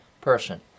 person